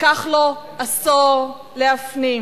לקח לו עשור להפנים